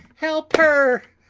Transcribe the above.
help her!